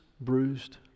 bruised